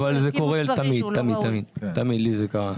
אבל זה קורה תמיד, לי זה קרה.